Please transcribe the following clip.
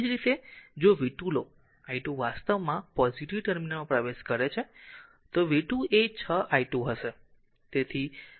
તેવી જ રીતે જો v 2 લો i2 વાસ્તવમાં પોઝીટીવ ટર્મિનલમાં પ્રવેશ કરે છે તો v 2 એ 6 i2 હશે